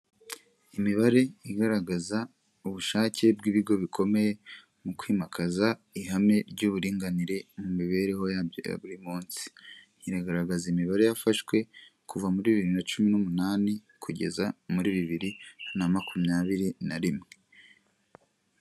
Imibare igaragaza ubushake bw'ibigo bikomeye mu kwimakaza ihame ry'uburinganire mu mibereho yabyo ya buri munsi, iragaragaza imibare yafashwe kuva muri bibiri na cumi n'umunani kugeza muri bibiri na makumyabiri na rimwe.